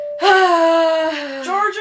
Georgia